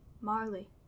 Marley